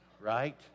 right